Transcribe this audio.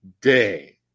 day